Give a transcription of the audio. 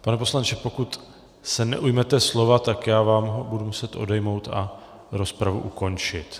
Pane poslanče, pokud se neujmete slova, tak vám ho budu muset odejmout a rozpravu ukončit.